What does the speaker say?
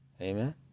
Amen